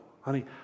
honey